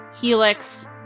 Helix